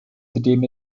zudem